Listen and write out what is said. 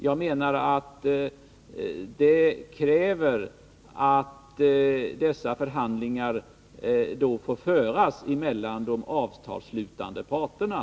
Jag menar att förhandlingarna måste slutföras mellan de avtalsslutande parterna.